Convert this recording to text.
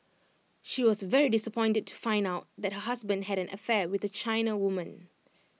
she was very disappointed to find out that her husband had an affair with A China woman